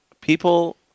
people